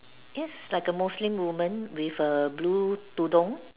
yes like a Muslim women with a blue tudung